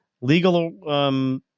legal